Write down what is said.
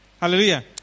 Hallelujah